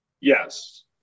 Yes